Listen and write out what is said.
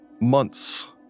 months